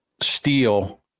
steel